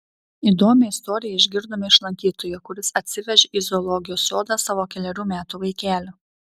įdomią istoriją išgirdome iš lankytojo kuris atsivežė į zoologijos sodą savo kelerių metų vaikelį